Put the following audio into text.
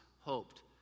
hoped